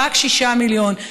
רק שישה מיליון?